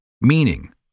Meaning